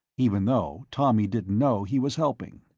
even though tommy didn't know he was helping.